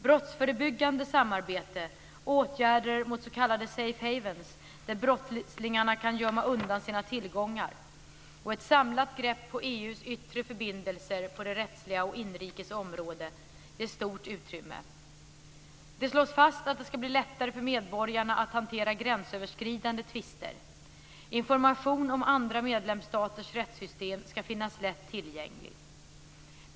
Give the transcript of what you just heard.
Brottsförebyggande samarbete, åtgärder mot s.k. safe havens där brottslingarna kan gömma undan sina tillgångar samt ett samlat grepp på EU:s yttre förbindelser på det rättsliga området och inrikesområdet ges stort utrymme. Det slås fast att det ska bli lättare för medborgarna att hantera gränsöverskridande tvister. Information om andra medlemsstaters rättssystem ska finnas lätt tillgänglig.